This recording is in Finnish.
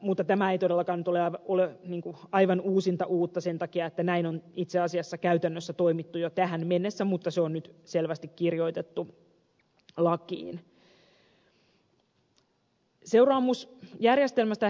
mutta tämä ei todellakaan ole aivan uusinta uutta sen takia että näin on itse asiassa käytännössä toimittu jo tähän mennessä mutta se on nyt selvästi kirjoitettu lakiin